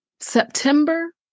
September